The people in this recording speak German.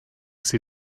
sie